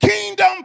Kingdom